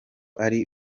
ari